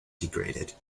degraded